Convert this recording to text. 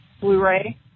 Blu-ray